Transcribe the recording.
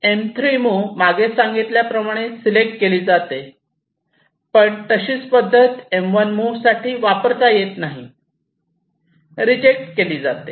M3 move मागे सांगितल्याप्रमाणे select केली जाते पण तशीच पद्धत M1 मूव्ह साठी वापरता येत नाही रिजेक्ट केली जाते